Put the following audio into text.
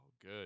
good